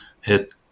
hit